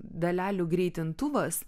dalelių greitintuvas